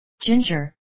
Ginger